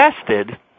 tested